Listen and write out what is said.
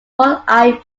walleye